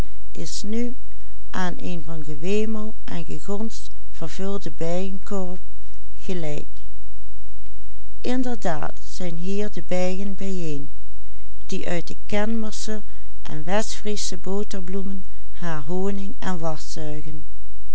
bijeen die uit de kenmersche en westfriesche boterbloemen haar honig en was zuigen